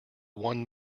one